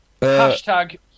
Hashtag